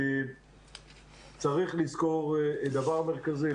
צריך לזכור דבר מרכזי.